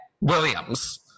Williams